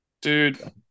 Dude